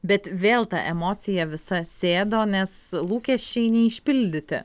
bet vėl ta emocija visa sėdo nes lūkesčiai neišpildyti